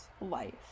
life